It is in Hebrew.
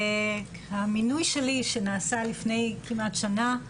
המינוי שלי שנעשה לפני כמעט שנה,